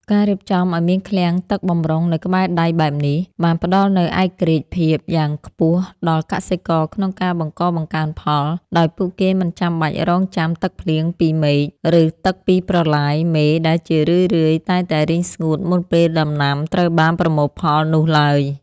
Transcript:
ការរៀបចំឱ្យមានឃ្លាំងទឹកបម្រុងនៅក្បែរដៃបែបនេះ បានផ្តល់នូវឯករាជ្យភាពយ៉ាងខ្ពស់ដល់កសិករក្នុងការបង្កបង្កើនផល ដោយពួកគេមិនចាំបាច់រង់ចាំទឹកភ្លៀងពីមេឃ ឬទឹកពីប្រឡាយមេដែលជារឿយៗតែងតែរីងស្ងួតមុនពេលដំណាំត្រូវបានប្រមូលផលនោះឡើយ។